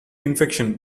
infection